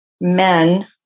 men